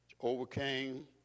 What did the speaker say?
overcame